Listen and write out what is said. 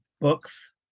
books